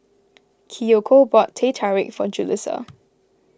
Kiyoko bought Teh Tarik for Julisa